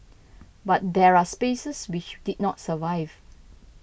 but there are spaces which did not survive